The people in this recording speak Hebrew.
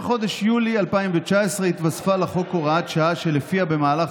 בחודש יולי 2019 התווספה לחוק הוראת שעה שלפיה במהלך